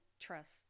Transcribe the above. trust